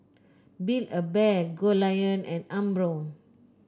Build A Bear Goldlion and Umbro